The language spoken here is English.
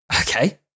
okay